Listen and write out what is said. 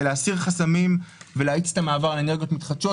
להסיר חסמים ולהאיץ את המעבר לאנרגיות מתחדשות.